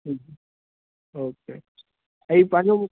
हम्म हम्म ओके ऐं हे पंहिंजो